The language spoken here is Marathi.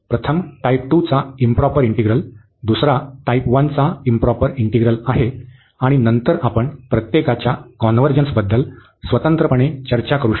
प्रथम टाईप 2 चा इंप्रॉपर इंटिग्रल दुसरा टाईप 1 चा इंप्रॉपर इंटिग्रल आहे आणि नंतर आपण प्रत्येकाच्या कॉन्व्हर्जन्सबद्दल स्वतंत्रपणे चर्चा करू शकतो